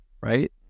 right